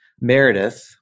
Meredith